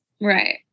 Right